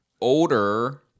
older